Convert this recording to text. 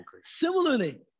Similarly